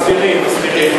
מסדירים.